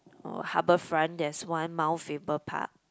or Harbourfront there's one Mount-Faber park